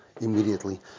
immediately